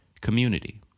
Community